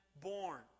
born